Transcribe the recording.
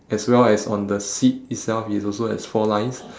as well as on the seat itself it also has four lines